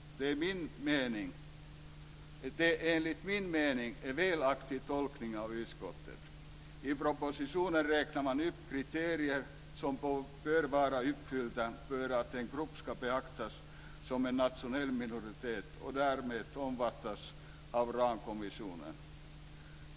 Detta är enligt min mening en felaktig tolkning av utskottet. I propositionen räknar man upp kriterier som bör vara uppfyllda för att en grupp ska betraktas som en nationell minoritet och därmed omfattas av ramkonventionen.